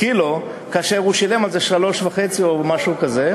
לקילו, כאשר הוא שילם על זה 3.5 או משהו כזה,